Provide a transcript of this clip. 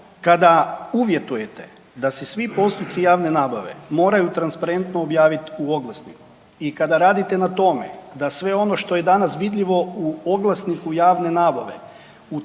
kada uvjetujete da se svi postupci javne nabave moraju transparentno objaviti u oglasniku, i kada radite na tome da sve ono što je danas vidljivo u oglasniku javne nabave,